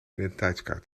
identiteitskaart